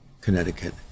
Connecticut